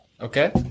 Okay